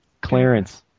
Clarence